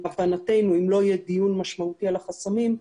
להבנתנו אם לא יהיה דיון משמעותי על החסמים,